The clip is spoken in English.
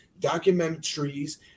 documentaries